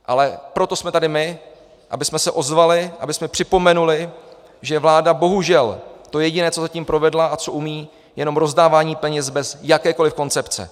Ale proto jsme tady my, abychom se ozvali, abychom připomněli, že vláda bohužel to jediné, co zatím provedla a co umí, je jenom rozdávání peněz bez jakékoli koncepce.